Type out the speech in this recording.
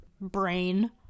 brain